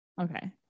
okay